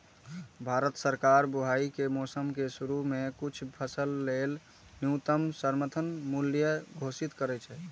भारत सरकार बुआइ के मौसम के शुरू मे किछु फसल लेल न्यूनतम समर्थन मूल्य घोषित करै छै